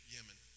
Yemen